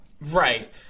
Right